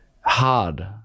hard